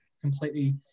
completely